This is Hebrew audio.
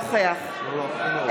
נגד יעל רון בן משה,